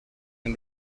and